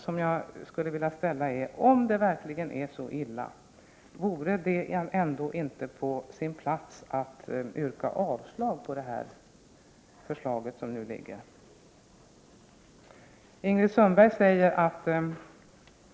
Om det verkligen är så illa, vore det då ändå inte på sin plats att yrka avslag på det förslag som nu är framlagt?